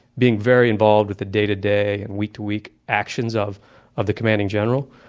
being very involved with the day-to-day and week-to-week actions of of the commanding general,